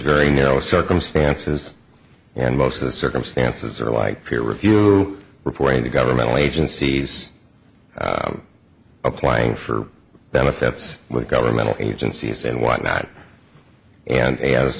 very narrow circumstances and most of the circumstances are like peer review reporting to governmental agencies applying for benefits with governmental agencies and what not and a